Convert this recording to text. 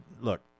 Look